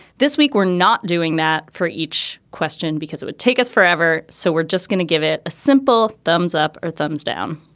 this week we're not doing that for each question because it would take us forever. so we're just gonna give it a simple thumbs up or thumbs down.